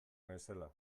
naizela